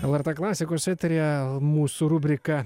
lrt klasikos eteryje mūsų rubrika